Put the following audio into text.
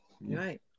right